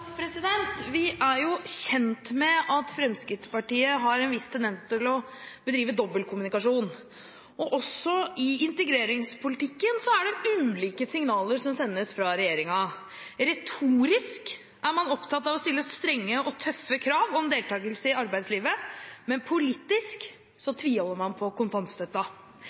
det ulike signaler som sendes fra regjeringen. Retorisk er man opptatt av å stille strenge og tøffe krav om deltakelse i arbeidslivet, men politisk tviholder man på